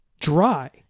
dry